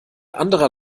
anderer